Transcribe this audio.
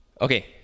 Okay